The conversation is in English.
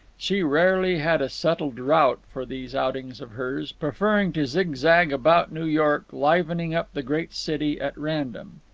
she rarely had a settled route for these outings of hers, preferring to zigzag about new york, livening up the great city at random.